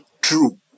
true